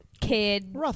kid